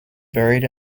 buried